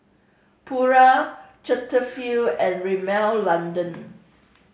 Pura Cetaphil and Rimmel London